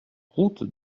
route